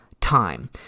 Time